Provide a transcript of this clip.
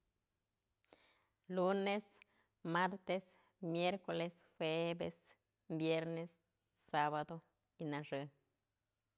Lunes, martes, miercoles, jueves, viernes, sabado y nëxë.